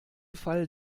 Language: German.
fall